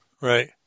Right